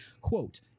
Quote